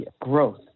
growth